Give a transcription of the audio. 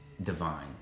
divine